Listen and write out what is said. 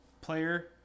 player